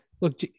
look